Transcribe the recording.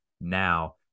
now